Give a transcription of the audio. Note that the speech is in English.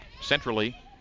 Centrally